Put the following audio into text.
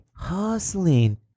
hustling